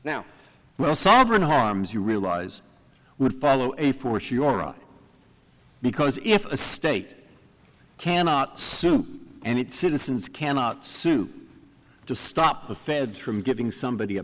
now well sovereign harms you realize would follow a force you are right because if a state cannot soup and its citizens cannot sue to stop the feds from giving somebody a